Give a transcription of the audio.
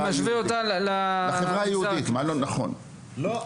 אתה משווה אותה למגזר היהודי, אוקיי.